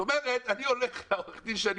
זאת אומרת אני הולך לעורך דין שאני